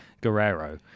Guerrero